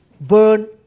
burn